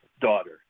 daughter